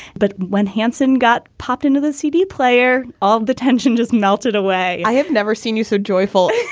but when hanson got popped into the c d player, all the tension just melted away. i have never seen you so joyful